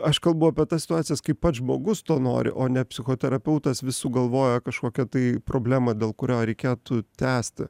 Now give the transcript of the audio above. aš kalbu apie tas situacijas kai pats žmogus to nori o ne psichoterapeutas vis sugalvoja kažkokią tai problemą dėl kurio reikėtų tęsti